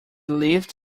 lived